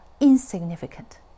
insignificant